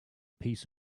piece